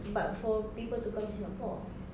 but for people to come to singapore